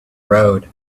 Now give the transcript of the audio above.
road